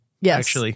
Yes